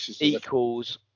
equals